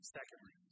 Secondly